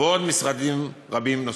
ועוד משרדים רבים נוספים.